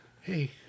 Hey